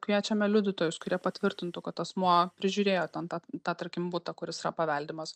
kviečiame liudytojus kurie patvirtintų kad asmuo prižiūrėjo ten tą tą tarkim butą kuris yra paveldimas